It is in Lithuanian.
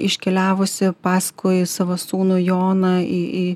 iškeliavusi paskui savo sūnų joną į į